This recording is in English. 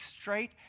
straight